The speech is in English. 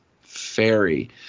Fairy